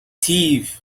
thieves